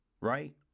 right